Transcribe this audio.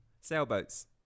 Sailboats